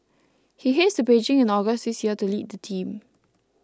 he heads to Beijing in August this year to lead the team